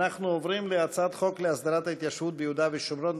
אנחנו עוברים להצעת חוק להסדרת ההתיישבות ביהודה והשומרון,